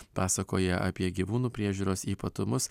pasakoja apie gyvūnų priežiūros ypatumus